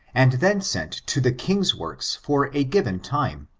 and then sent to the king's works for a given time,